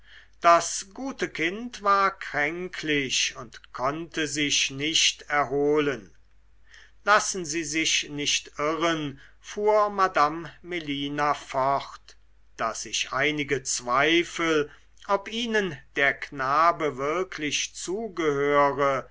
das gute kind war kränklich und konnte sich nicht erholen lassen sie sich nicht irren fuhr madame melina fort daß ich einige zweifel ob ihnen der knabe wirklich zugehöre